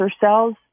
cells